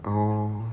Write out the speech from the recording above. orh